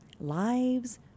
Lives